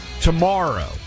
tomorrow